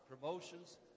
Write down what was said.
promotions